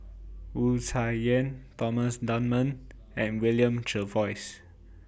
Wu Tsai Yen Thomas Dunman and William Jervois